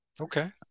Okay